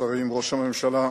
השרים, ראש הממשלה,